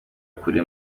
kure